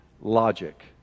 logic